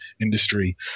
industry